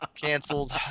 Cancelled